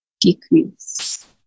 decrease